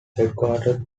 headquartered